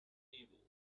evil